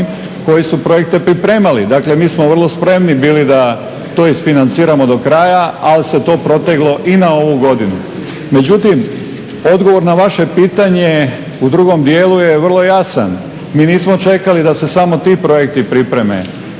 koji su projekte pripremali. Dakle, mi smo vrlo spremni bili da to isfinanciramo do kraja, ali se to proteglo i na ovu godinu. Međutim, odgovor na vaše pitanje u drugom dijelu je vrlo jasan, mi nismo čekali da se samo ti projekti pripreme.